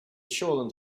shoreland